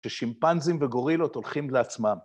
ששימפנזים וגורילות הולכים לעצמם.